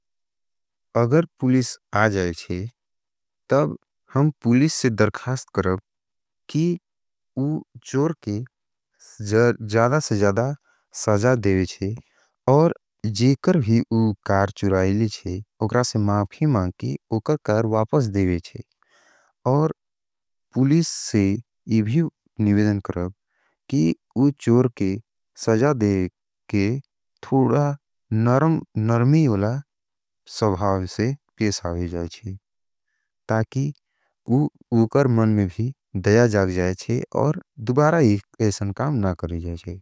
अगर पूलिस आ जाये थे, तब हम पूलिस से दर्खास्ट करब, कि उ चोर के जदा से जदा सजा देवे थे, और जीकर भी उ कार चुराइले थे, उकरा से माफ़ि मांग की, उकर कार वापस देवे थे, और पूलिस से इभी निवेदन करब, कि उ चोर के सजा देवे के थोड़ा नर्मी होला सभाव से पेसा होई जाये थे, ताकि उकर मन में भी दया जाग जाये थे, और दुबारा एसन काम ना करे जाये थे।